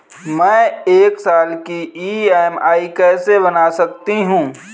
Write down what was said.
मैं एक साल की ई.एम.आई कैसे बना सकती हूँ?